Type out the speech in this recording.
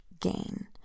gain